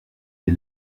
les